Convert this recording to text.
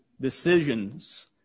decisions